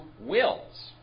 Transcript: wills